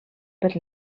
per